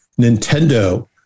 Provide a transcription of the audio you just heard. Nintendo